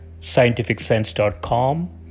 scientificsense.com